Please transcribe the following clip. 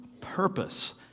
purpose